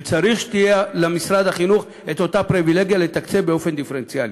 וצריך שתהיה למשרד החינוך אותה פריבילגיה לתקצב באופן דיפרנציאלי.